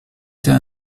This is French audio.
était